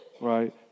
right